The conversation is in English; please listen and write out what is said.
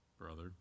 brother